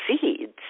seeds